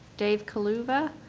dave kuluva,